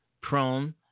prone